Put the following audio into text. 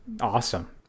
awesome